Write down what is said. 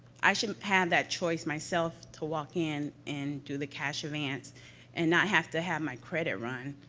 i should have that choice myself to walk in and do the cash advance and not have to have my credit run.